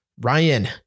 Ryan